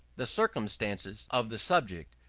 the circumstances of the subject,